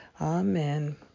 Amen